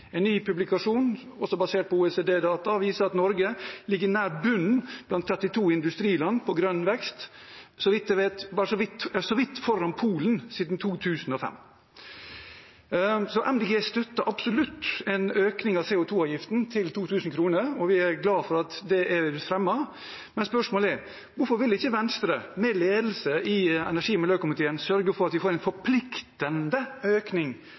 En ny publikasjon, også basert på OECD-data, viser at Norge siden 2005 ligger nær bunnen blant 32 industriland når det gjelder grønn vekst, så vidt foran Polen. Så Miljøpartiet De Grønne støtter absolutt en økning av CO 2 -avgiften til 2 000 kr, og vi er glad for at det er fremmet, men spørsmålet er: Hvorfor vil ikke Venstre, med ledelse i energi- og miljøkomiteen, sørge for at vi får en forpliktende økning